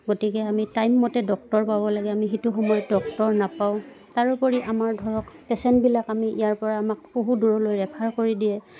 গতিকে আমি টাইমমতে ডক্তৰ পাব লাগে আমি সেইটো সময়ত ডক্তৰ নাপাওঁ তাৰোপৰি আমাৰ ধৰক পেচেণ্টবিলাক আমি ইয়াৰ পৰা আমাক বহু দূৰলৈ ৰেফাৰ কৰি দিয়ে